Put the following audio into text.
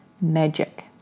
magic